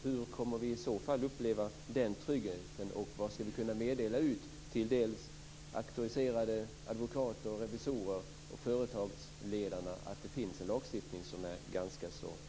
Hur kommer vi i så fall att uppleva det med tryggheten, och vad skall vi meddela till de auktoriserade advokaterna och revisorerna och till företagsledarna så att det finns en lagstiftning som är ganska tydlig?